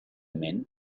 men